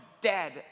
dead